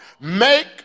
make